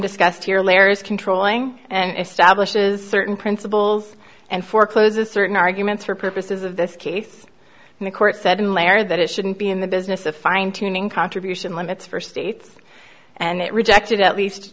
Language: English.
discussed here larry is controlling and establishes certain principles and forecloses certain arguments for purposes of this case and the court said in lair that it shouldn't be in the business of fine tuning contribution limits for states and it rejected at least